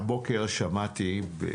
הבוקר שמעתי את